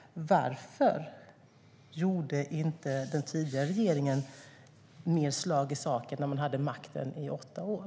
Varför gjorde inte den tidigare regeringen mer slag i saken när man hade makten i åtta år?